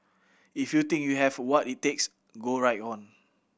if you think you have what it takes go right on